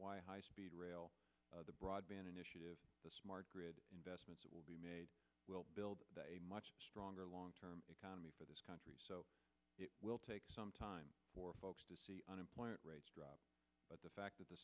why high speed rail the broadband initiative the smart grid investments will be will build a much stronger long term economy for this country so it will take some time for folks to see unemployment rates drop but the fact that the